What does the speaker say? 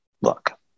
look